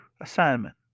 assignment